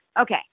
okay